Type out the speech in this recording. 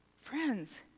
Friends